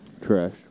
trash